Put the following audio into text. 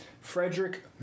Frederick